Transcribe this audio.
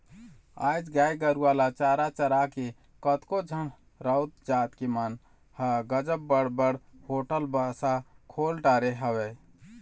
आज गाय गरुवा ल चरा चरा के कतको झन राउत जात के मन ह गजब बड़ बड़ होटल बासा खोल डरे हवय